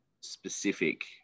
specific